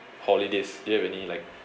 holidays do you have any like